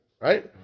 right